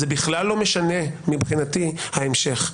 זה בכלל לא משנה מבחינתי ההמשך.